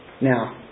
Now